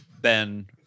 Ben